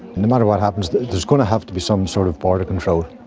no matter what happens there's going to have to be some sort of border control,